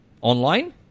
online